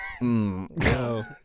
No